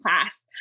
class